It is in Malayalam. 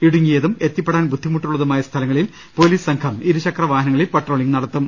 ഇടുങ്ങി യതും എത്തിപ്പെടാൻ ബുദ്ധിമുട്ടുള്ളതുമായ സ്ഥലങ്ങളിൽ പൊലീസ് സംഘം ഇരുചക്രവാഹനങ്ങളിൽ പട്രോളിംഗ് നടത്തും